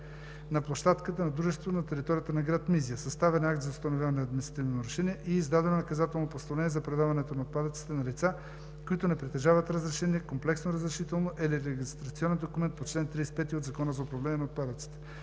на площадката на дружеството на територията на град Мизия. Съставен е акт за установяване на административно нарушение и е издадено наказателно постановление за предаването на отпадъците на лица, които не притежават разрешение, комплексно разрешително или регистрационен документ по чл. 35 от Закона за управление на отпадъците.